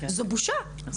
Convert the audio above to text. זו בושה.